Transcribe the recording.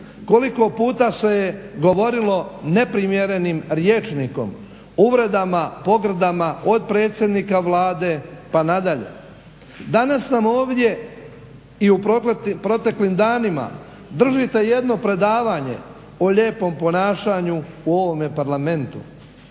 Koliko puta se je govorilo neprimjerenim rječnikom, uvredama, pogrdama od predsjednika Vlade pa nadalje. Danas nam ovdje i u proteklim danima držite jedno predavanje o lijepom ponašanju u ovom Parlamentu.